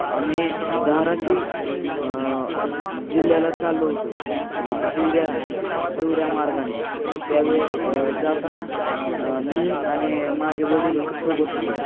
आम्ही धाराशिव जिल्ह्याला चाललो होतो हिवरे हिवरे मार्गाने त्यावेळेस जाताना मी आणि माझे वडील सोबत होते